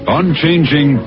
unchanging